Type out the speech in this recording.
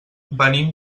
venim